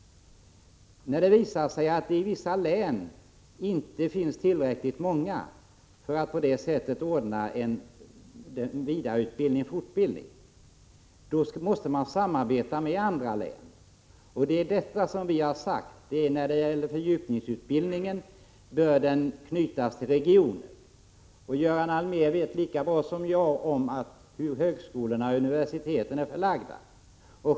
När det visar sig att det i vissa län inte finns tillräcklig kompetens för att kunna ordna en fortbildning måste man samarbeta med andra län. Det är av det skälet som vi anser att fördjupningsutbildningen bör knytas till regionen. Göran Allmér vet lika väl som jag var högskolorna och universiteten är förlagda.